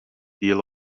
deal